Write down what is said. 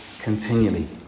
continually